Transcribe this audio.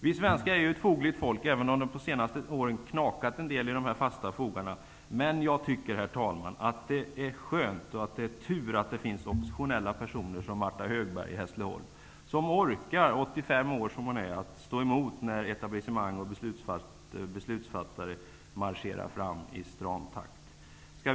Vi svenskar är ju ett fogligt folk, även om det under de senaste åren har knakat en del i de fasta fogarna. Men, herr talman, det är skönt, och det är tur att det finns oppositionella personer, som Martha Högberg i Hässleholm, som orkar stå emot när etablissemang och beslutsfattare marscherar fram i stram takt. Martha Högberg är ju ändå 85 år.